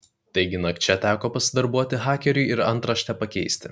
taigi nakčia teko pasidarbuoti hakeriui ir antraštę pakeisti